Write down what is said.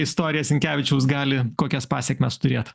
istorija sinkevičiaus gali kokias pasekmes turėt